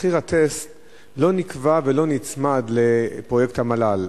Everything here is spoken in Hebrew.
מחיר הטסט לא נקבע ולא נצמד לפרויקט המל"ל.